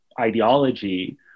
ideology